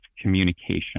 communication